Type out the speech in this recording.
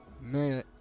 man